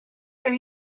gen